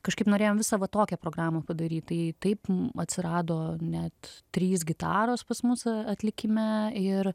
kažkaip norėjom visą va tokią programą padaryt tai taip atsirado net trys gitaros pas mus a atlikime ir